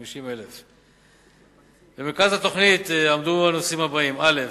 50,000. במרכז התוכנית עמדו הנושאים הבאים: א.